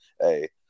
hey